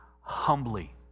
humbly